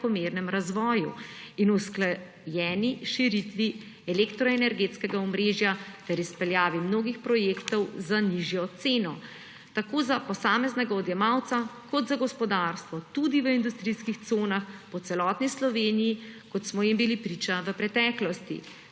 in usklajeni širitvi elektroenergetskega omrežja ter izpeljavi mnogih projektov za nižjo ceno tako za posameznega odjemalca kot za gospodarstvo tudi v industrijskih conah po celotni Sloveniji, kot smo jim bili priča v preteklosti,